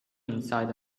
inside